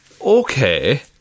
Okay